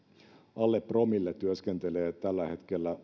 alle promille työskentelee tällä hetkellä